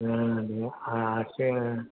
হ্যাঁ আছে